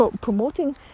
promoting